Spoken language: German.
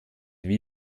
wie